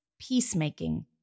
peacemaking